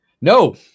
No